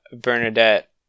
Bernadette